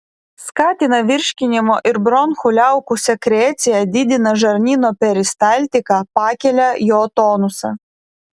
skatina virškinimo ir bronchų liaukų sekreciją didina žarnyno peristaltiką pakelia jo tonusą